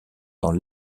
dans